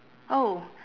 oh